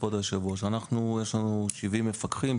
כבוד היושב-ראש: יש לנו 70 מפקחים,